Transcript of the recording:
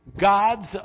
God's